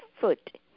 foot